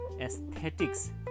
aesthetics